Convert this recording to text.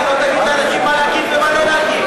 זה אמירה פוליטית, מה יש לך?